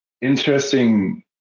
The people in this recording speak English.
interesting